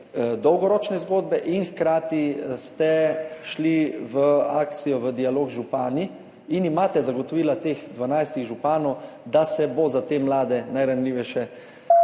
dolgoročne zgodbe in ste hkrati šli v akcijo, v dialog z župani in imate zagotovila teh 12 županov, da se bo za te mlade, najranljivejše,